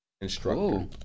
instructor